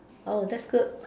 oh that's good